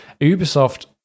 Ubisoft